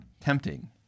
tempting